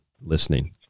listening